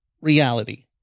reality